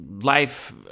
life